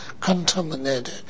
contaminated